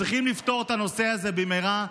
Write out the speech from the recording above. צריכים לפתור את הנושא הזה במהרה.